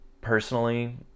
Personally